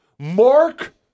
Mark